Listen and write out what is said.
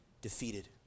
defeated